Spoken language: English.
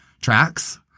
tracks